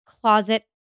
closet